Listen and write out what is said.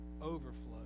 overflow